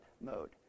mode